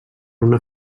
una